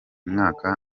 mwaka